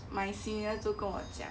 my seniors 就跟我讲